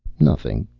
nothing.